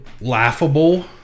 laughable